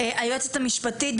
היועצת המשפטית,